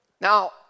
Now